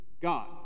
God